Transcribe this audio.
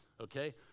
okay